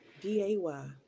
D-A-Y